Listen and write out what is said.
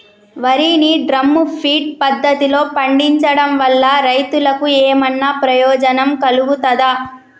వరి ని drum feed పద్ధతిలో పండించడం వల్ల రైతులకు ఏమన్నా ప్రయోజనం కలుగుతదా?